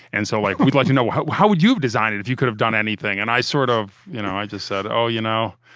and so like we'd like to know how how would you have designed it if you could have done anything. and i sort of you know just said, oh, you know,